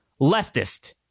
Leftist